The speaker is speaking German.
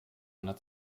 einer